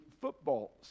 football